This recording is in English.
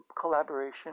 collaboration